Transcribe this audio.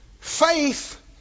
faith